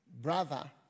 brother